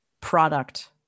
product